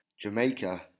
Jamaica